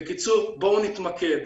בקיצור, בואו נתמקד.